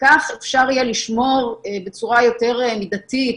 ובכך אפשר יהיה לשמור בצורה יותר מידתית